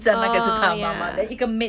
orh ya